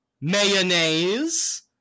mayonnaise